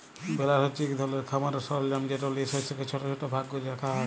বেলার হছে ইক ধরলের খামারের সরলজাম যেট লিঁয়ে শস্যকে ছট ছট ভাগ ক্যরে রাখা হ্যয়